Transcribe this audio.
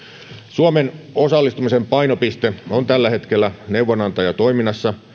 suomen osallistumisen painopiste on tällä hetkellä neuvonantajatoiminnassa